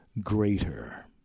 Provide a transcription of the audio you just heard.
Greater